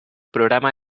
programa